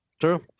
True